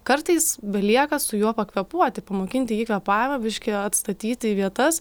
kartais belieka su juo pakvėpuoti pamokinti jį kvėpavimo biški atstatyti į vietas